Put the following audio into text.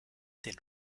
den